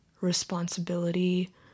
responsibility